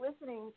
listening